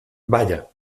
vaya